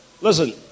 Listen